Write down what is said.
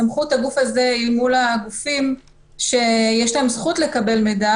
סמכות הגוף הזה היא מול הגופים שיש להם זכות לקבל מידע,